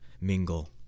mingle